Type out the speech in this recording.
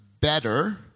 better